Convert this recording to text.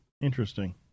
Interesting